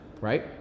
right